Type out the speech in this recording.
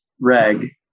Reg